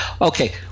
okay